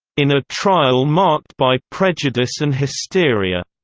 in a trial marked by prejudice and hysteria,